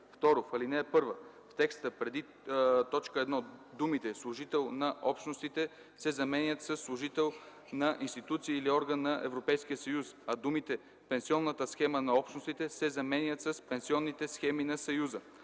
В ал. 1, в текста преди т. 1 думите „служител на Общностите” се заменят със „служител на институция или орган на Европейския съюз”, а думите „пенсионната схема на Общностите” се заменят с „пенсионните схеми на Съюза”.